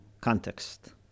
context